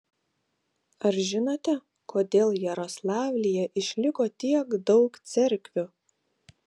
ar žinote kodėl jaroslavlyje išliko tiek daug cerkvių